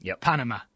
Panama